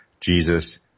Jesus